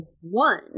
one